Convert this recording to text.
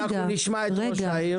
נשמעה.